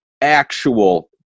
actual